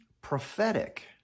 prophetic